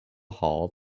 hall